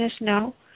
no